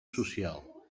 social